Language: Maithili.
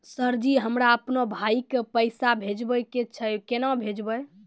सर जी हमरा अपनो भाई के पैसा भेजबे के छै, केना भेजबे?